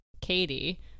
Katie